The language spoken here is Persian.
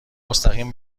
مستقیم